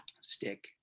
stick